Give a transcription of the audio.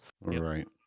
right